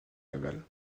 laval